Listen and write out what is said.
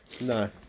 No